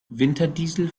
winterdiesel